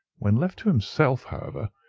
when left to himself, however,